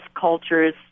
cultures